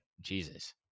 Jesus